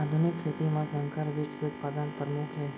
आधुनिक खेती मा संकर बीज के उत्पादन परमुख हे